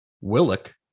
Willock